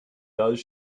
does